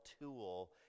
tool